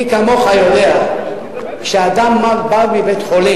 מי כמוך יודע שאדם שבא מבית-חולים,